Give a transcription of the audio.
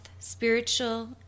Spiritual